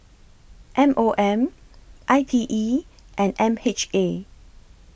M O M I T E and M H A